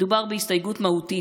מדובר בהסתייגות מהותית,